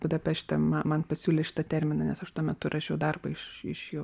budapešte man pasiūlė šitą terminą nes aš tuo metu rašiau darbą iš iš jų